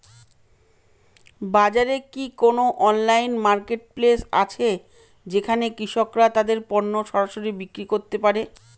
বাজারে কি কোন অনলাইন মার্কেটপ্লেস আছে যেখানে কৃষকরা তাদের পণ্য সরাসরি বিক্রি করতে পারে?